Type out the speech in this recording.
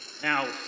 Now